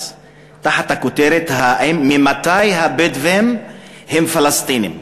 תחת הכותרת "ממתי הבדואים הם פלסטינים?"